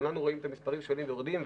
כולנו רואים את המספרים שעולים ויורדים,